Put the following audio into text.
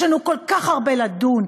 יש לנו כל כך הרבה לדון,